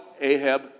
Ahab